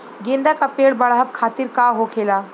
गेंदा का पेड़ बढ़अब खातिर का होखेला?